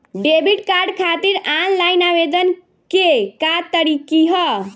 Debit card खातिर online आवेदन के का तरीकि ह?